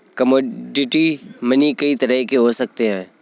commodity money कई तरह के हो सकते हैं